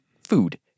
food